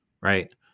right